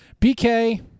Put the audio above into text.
BK